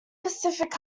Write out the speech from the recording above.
pacific